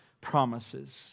promises